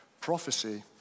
prophecy